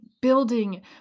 building